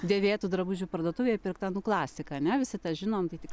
dėvėtų drabužių parduotuvėj pirkta nu klasika ane visi tą žinome tai tik